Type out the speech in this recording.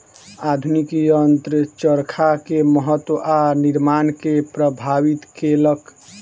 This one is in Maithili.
आधुनिक यंत्र चरखा के महत्त्व आ निर्माण के प्रभावित केलक